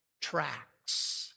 tracks